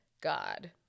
God